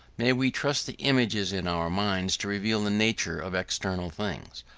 may we trust the images in our minds to reveal the nature of external things?